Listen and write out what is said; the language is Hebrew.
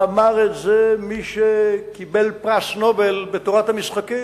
ואמר את זה מי שקיבל פרס נובל בתורת המשחקים,